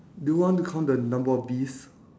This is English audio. do you want to count the number of bees